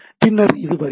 பின்னர் இது வரிசை